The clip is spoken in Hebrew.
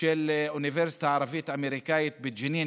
של האוניברסיטה הערבית אמריקאית בג'נין.